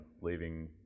leaving